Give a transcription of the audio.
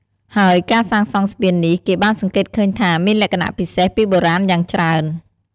ហើយការសាងសងស្ពាននេះ គេបានសង្កេតឃើញថា មានលក្ខណៈពិសេសពីបុរាណយ៉ាងច្រើន។